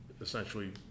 essentially